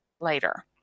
later